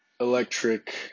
electric